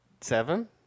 Seven